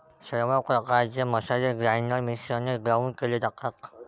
सर्व प्रकारचे मसाले ग्राइंडर मिक्सरने ग्राउंड केले जातात